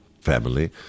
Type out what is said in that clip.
family